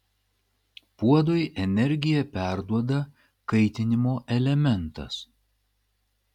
puodui energiją perduoda kaitinimo elementas